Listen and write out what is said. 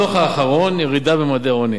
הדוח האחרון ירידה בממדי העוני.